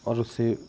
और उसे